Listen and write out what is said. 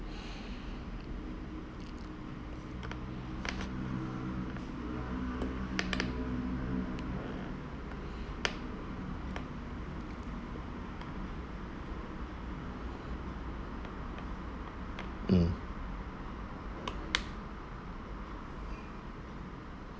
mm